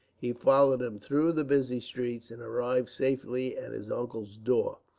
he followed him through the busy streets, and arrived safely at his uncle's door.